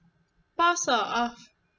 pause or off